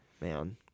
Man